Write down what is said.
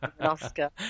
Oscar